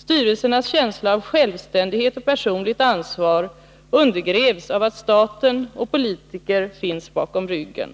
Styrelsens känsla av självständighet och personligt ansvar undergrävs av att staten och politikerna finns bakom ryggen.